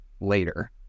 later